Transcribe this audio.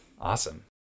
awesome